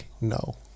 No